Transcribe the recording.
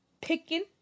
picking